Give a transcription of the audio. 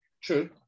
True